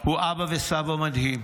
הוא אבא וסבא מדהים.